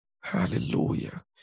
Hallelujah